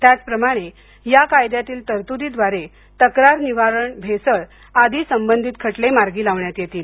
त्याचप्रमाणे या कायद्यातील तरतुदिद्वारे तक्रार निवारण भेसळ आदी संबंधित खटले मार्गी लावण्यात येतील